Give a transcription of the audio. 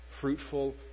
fruitful